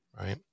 Right